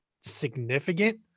significant